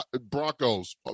Broncos